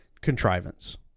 contrivance